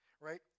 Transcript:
right